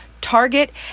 Target